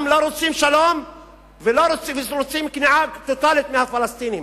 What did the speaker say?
גם לא רוצים שלום ורוצים כניעה טוטלית מהפלסטינים,